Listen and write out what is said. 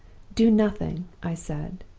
do nothing i said.